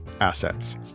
assets